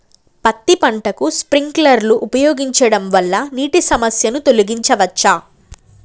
పత్తి పంటకు స్ప్రింక్లర్లు ఉపయోగించడం వల్ల నీటి సమస్యను తొలగించవచ్చా?